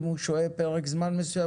אם הוא שוהה פרק זמן מסוים,